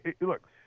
look